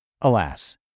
Alas